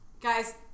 guys